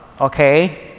Okay